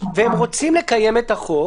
שרוצים לקיים את החוק.